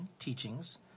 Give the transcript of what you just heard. teachings